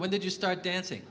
when did you start dancing